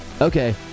Okay